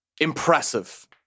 impressive